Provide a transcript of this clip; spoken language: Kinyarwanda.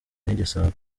nk’igisabo